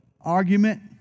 argument